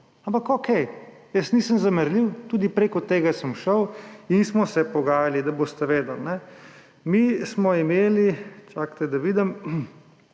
Ampak okej, jaz nisem zamerljiv, tudi prek tega sem šel in smo se pogajali. Da boste vedeli, mi smo imeli – čakajte, da vidim